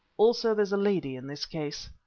also there's a lady in this case.